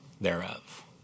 thereof